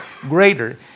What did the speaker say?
greater